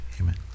Amen